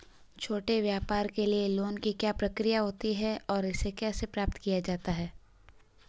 छोटे व्यापार के लिए लोंन की क्या प्रक्रिया होती है और इसे कैसे प्राप्त किया जाता है?